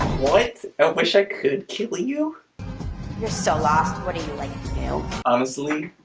what i wish i could kill you you're so lost. what do you you like a tail honestly?